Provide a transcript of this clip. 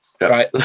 Right